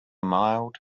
mild